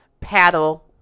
paddle